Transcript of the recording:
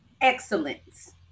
excellence